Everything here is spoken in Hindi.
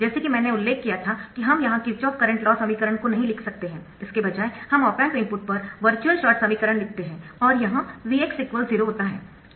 जैसा कि मैंने उल्लेख किया था कि हम यहां किरचॉफ करंट लॉ समीकरण को नहीं लिख सकते है इसके बजाय हम ऑप एम्प इनपुट पर वर्चुअल शॉर्ट समीकरण लिखते है और यह Vx 0 होता है